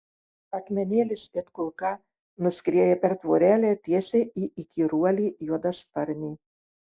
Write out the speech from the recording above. akmenėlis it kulka nuskrieja per tvorelę tiesiai į įkyruolį juodasparnį